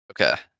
okay